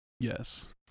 Yes